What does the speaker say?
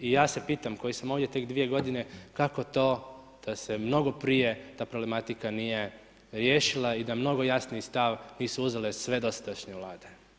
I ja se pitam koji sam ovdje tek dvije godine, kako to da se mnogo prije ta problematika nije riješila i da mnogo jasniji stav nisu uzele sve dosadašnje vlade.